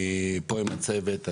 אני פה עם הצוות,